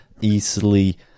easily